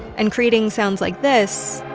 and creating sounds like this.